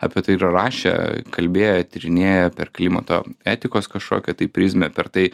apie tai yra rašę kalbėję tyrinėję per klimato etikos kažkokią tai prizmę per tai